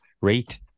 rate